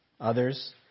Others